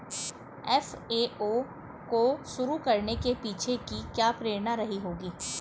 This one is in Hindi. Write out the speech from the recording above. एफ.ए.ओ को शुरू करने के पीछे की क्या प्रेरणा रही होगी?